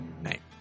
Night